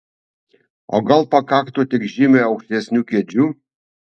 o gal pakaktų tik žymiai aukštesnių kėdžių